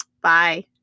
Bye